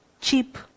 cheap